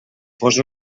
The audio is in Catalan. fos